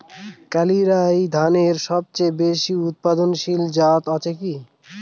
কালিরাই ধানের সবচেয়ে বেশি উৎপাদনশীল জাত আছে কি?